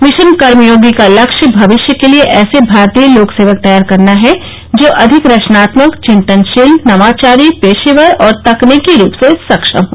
mission Karmayogi का लक्ष्य भविष्य के लिए ऐसे भारतीय लोक सेवक तैयार करना है जो अधिक रचनात्मक चिंतनशील नवाचारी पेशेवर और तकनीकी रूप से सक्षम हो